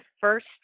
first